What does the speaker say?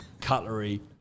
cutlery